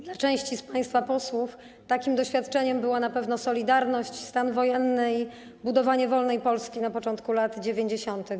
Dla części z państwa posłów takim doświadczeniem były na pewno „Solidarność”, stan wojenny i budowanie wolnej Polski na początku lat 90.